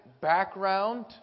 background